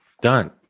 Done